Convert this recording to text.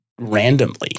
randomly